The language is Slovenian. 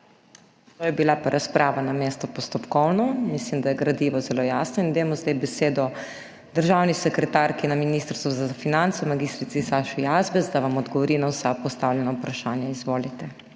To je bila pa razprava namesto postopkovnega. Mislim, da je gradivo zelo jasno. Dajmo zdaj besedo državni sekretarki na Ministrstvu za finance mag. Saši Jazbec, da vam odgovori na vsa postavljena vprašanja. Izvolite.